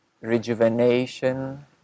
rejuvenation